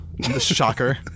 Shocker